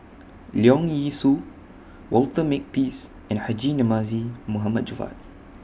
Leong Yee Soo Walter Makepeace and Haji Namazie Mohd Javad